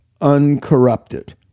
uncorrupted